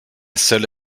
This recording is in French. seule